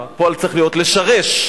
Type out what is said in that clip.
הפועל צריך להיות "לשרש",